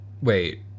Wait